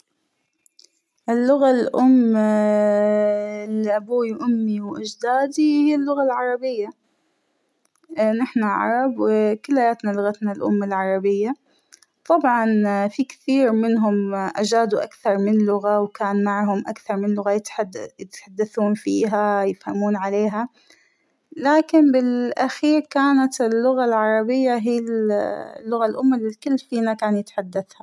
اللغة الأم ااا- لأبوى وأمى وأجدادى هى اللغة العربية ، نحنا عرب وكلياتنا لغتنا الأم العربية ، طبعاً فى كثير منهم أجادوا أكثر من لغة وكان معهم أكثر من لغة يت - يتحدثون فيها يفهمون عليها ، لكن باللآخير كانت اللغة العربية هى ال - اللغة الأم اللى الكل فينا كان يتحدثها.